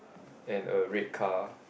and a red car